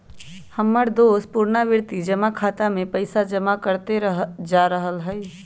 हमर दोस पुरनावृति जमा खता में पइसा जमा करइते जा रहल हइ